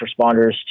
responders